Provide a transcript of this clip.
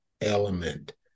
element